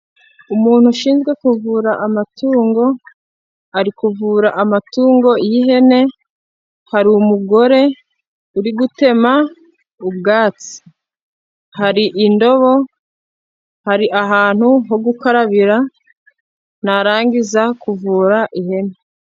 Umuntu ushinzwe kuvura amatungo, ari kuvura amatungo y'ihene harumu umugore uri gutema ubwatsi, hari indobo hari ahantu ho gukarabira narangiza kuvura ihene.